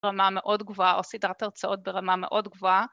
רמה מאוד גבוהה או סדרת הרצאות ברמה מאוד גבוהה